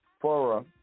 Fora